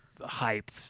hype